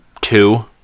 two